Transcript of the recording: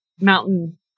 mountain